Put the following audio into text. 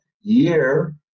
year